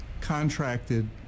contracted